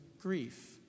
grief